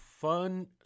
Fun